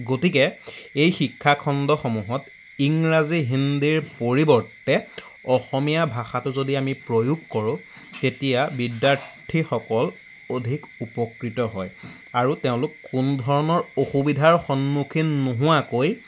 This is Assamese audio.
গতিকে এই শিক্ষাখণ্ডসমূহত ইংৰাজী হিন্দীৰ পৰিৱৰ্তে অসমীয়া ভাষাটো যদি আমি প্ৰয়োগ কৰোঁ তেতিয়া বিদ্যাৰ্থীসকল অধিক উপকৃত হয় আৰু তেওঁলোক কোনোধৰণৰ অসুবিধাৰ সন্মুখীন নোহোৱাকৈ